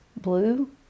blue